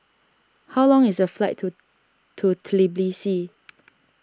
how long is the flight to to Tbilisi